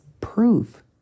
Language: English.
proof